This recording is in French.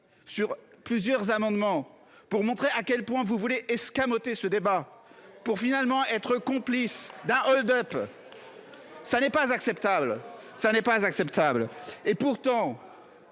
Sur plusieurs amendements pour montrer à quel point vous voulez escamoter ce débat pour finalement être complice d'un hold-up. Ça n'est pas acceptable, ça n'est